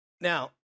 Now